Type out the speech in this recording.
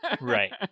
Right